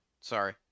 sorry